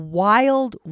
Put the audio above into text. wild